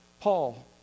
Paul